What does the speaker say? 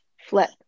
flip